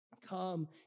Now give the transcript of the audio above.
Come